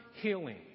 healing